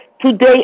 today